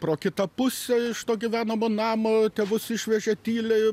pro kitą pusę iš to gyvenamo namo tėvus išvežė tyliai